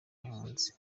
mpunzi